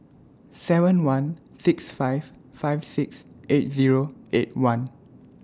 seven one six five five six eight Zero eight one